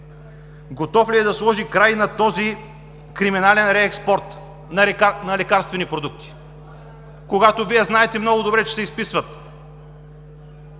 готов ли е да сложи край на този криминален реекспорт на лекарствени продукти? Вие знаете много добре, че се изписват